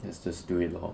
let's just do it lor